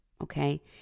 Okay